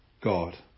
God